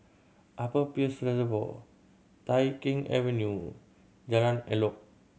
Upper Peirce Reservoir Tai Keng Avenue Jalan Elok